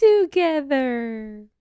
together